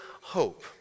hope